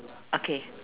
okay